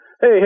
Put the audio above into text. hey